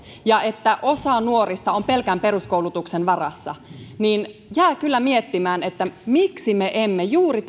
ja että osa nuorista on pelkän peruskoulutuksen varassa niin jää kyllä miettimään miksi me emme juuri